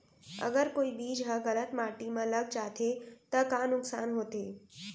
अगर कोई बीज ह गलत माटी म लग जाथे त का नुकसान होथे?